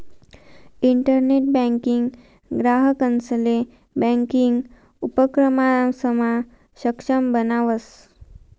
internet banking ग्राहकंसले banking उपक्रमसमा सक्षम बनावस